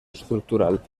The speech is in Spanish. estructural